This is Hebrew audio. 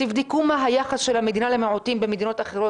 תבדקו מה היחס של המדינה למיעוטים במדינות אחרות,